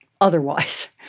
otherwise